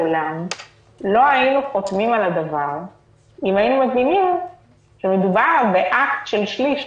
לעולם לא היינו חותמים על הדבר אם היינו מבינים שמדובר באקט של שליש,